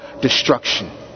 destruction